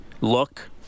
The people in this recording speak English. look